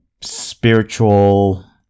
spiritual